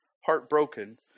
Heartbroken